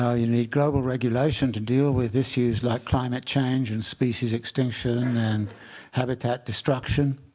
ah you need global regulation to deal with issues like climate change and species extinction and habitat destruction.